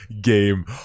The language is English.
game